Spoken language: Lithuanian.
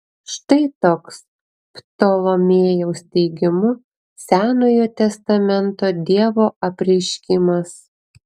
štai toks ptolomėjaus teigimu senojo testamento dievo apreiškimas